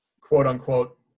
quote-unquote